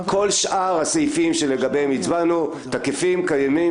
כל שאר הסעיפים שעליהם הצבענו תקפים וקיימים